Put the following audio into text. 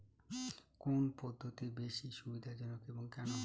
কোন পদ্ধতি বেশি সুবিধাজনক এবং কেন?